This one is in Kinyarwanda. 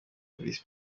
visi